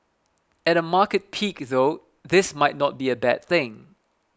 at a market peak though this might not be a bad thing